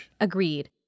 Agreed